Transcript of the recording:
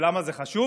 ולמה זה חשוב,